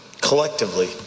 collectively